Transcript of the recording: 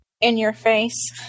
in-your-face